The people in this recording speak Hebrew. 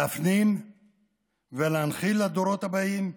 להפנים ולהנחיל לדורות הבאים,